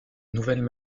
nouvelles